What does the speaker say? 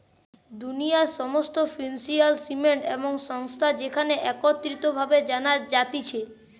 দুনিয়ার সমস্ত financial system এবং সংস্থা যেখানে একত্রিত ভাবে জানা যাতিছে